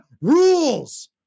rules